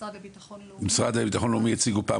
לבטחון לאומי הציגו בפעם